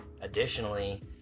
additionally